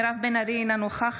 בהצבעה מירב בן ארי, אינה נוכחת